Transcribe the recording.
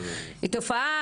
שהתופעה,